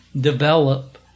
develop